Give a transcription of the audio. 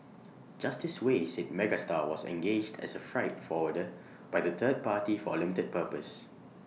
Justice Wei said Megastar was engaged as A freight forwarder by the third party for A limited purpose